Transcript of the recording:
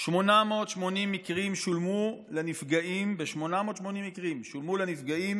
ב-880 מקרים שולמו פיצויים לנפגעים